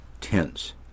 tense